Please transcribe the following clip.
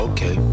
Okay